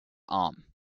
arm